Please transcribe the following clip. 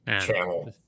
channel